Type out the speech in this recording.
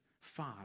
five